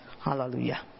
hallelujah